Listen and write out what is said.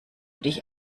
dich